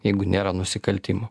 jeigu nėra nusikaltimų